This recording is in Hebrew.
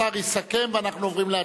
השר יסכם ואנחנו עוברים להצבעה.